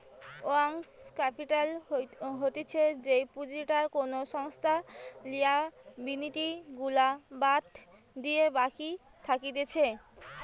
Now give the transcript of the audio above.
working capital হতিছে যেই পুঁজিটা কোনো সংস্থার লিয়াবিলিটি গুলা বাদ দিলে বাকি থাকতিছে